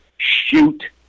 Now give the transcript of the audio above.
Shoot